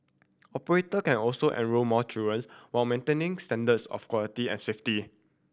operator can also enrol more children while maintaining standards of quality and safety